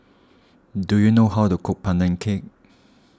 do you know how to cook Pandan Cake